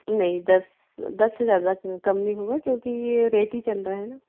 नहीं दस दस से ज़्यादा कम नहीं होंगा क्योंकि यह रेट ही चल रहा हैं ना